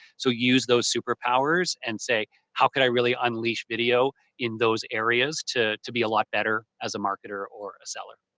so, use those superpowers and say, how could i really unleash video in those areas to to be a lot better as a marketer or a seller?